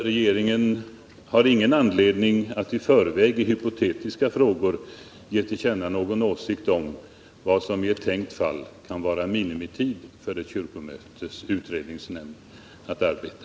Regeringen har ingen anledning att i förväg i hypotetiska frågor ge till känna någon åsikt om vad som i ett tänkt fall kan vara minimitiden för ett kyrkomötes utredningsnämnd att arbeta.